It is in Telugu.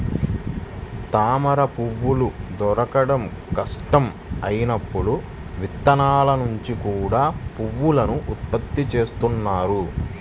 తామరపువ్వులు దొరకడం కష్టం అయినప్పుడు విత్తనాల నుంచి కూడా పువ్వులను ఉత్పత్తి చేస్తున్నారు